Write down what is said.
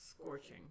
Scorching